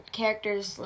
characters